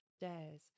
dares